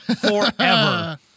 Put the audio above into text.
forever